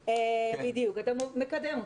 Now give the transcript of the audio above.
רוכשים המון כלים חשובים ברמה החברתית.